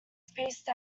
spaced